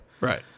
right